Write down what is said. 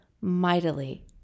mightily